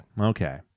Okay